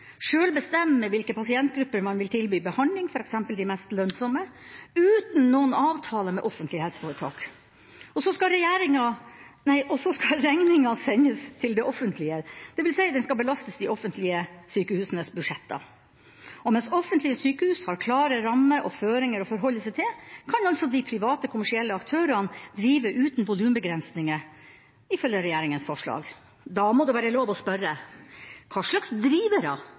sjøl bestemme hvilke pasientgrupper man vil tilby behandling, f.eks. de mest «lønnsomme», uten noen avtale med offentlige helseforetak. Og så skal regninga sendes til det offentlige, dvs. den skal belastes de offentlige sykehusenes budsjetter. Mens offentlige sykehus har klare rammer og føringer å forholde seg til, kan altså de private, kommersielle aktørene drive uten volumbegrensninger, ifølge regjeringas forslag. Da må det være lov å spørre: Hva slags drivere